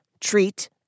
treat